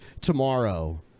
tomorrow